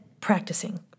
practicing